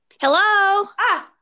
Hello